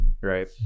right